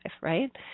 right